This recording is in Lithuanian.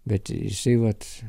bet jisai vat